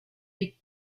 des